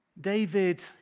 David